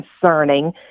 concerning